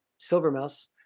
Silvermouse